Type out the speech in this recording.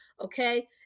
okay